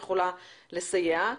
יכולה לסייע,